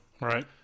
Right